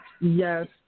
Yes